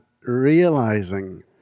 realizing